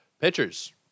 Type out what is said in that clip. pitchers